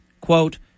Quote